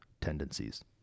tendencies